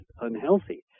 unhealthy